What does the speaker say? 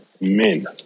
men